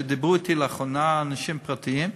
דיברו אתי לאחרונה אנשים פרטיים,